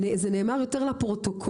זה נאמר יותר לפרוטוקול,